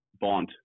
Bond